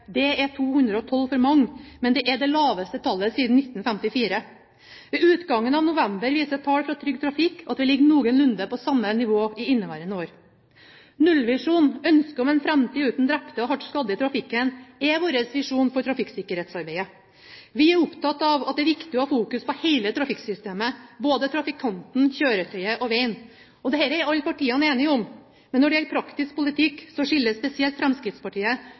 Det er 212 for mange, men det er det laveste tallet siden 1954. Ved utgangen av november viser tall fra Trygg Trafikk at vi ligger noenlunde på samme nivå i inneværende år. Nullvisjonen, ønsket om en framtid uten drepte og hardt skadde i trafikken, er vår visjon for trafikksikkerhetsarbeidet. Vi er opptatt av at det er viktig å fokusere på hele trafikksystemet, både trafikanten, kjøretøyet og vegen. Dette er alle partiene enige om, men når det gjelder praktisk politikk, skiller spesielt Fremskrittspartiet,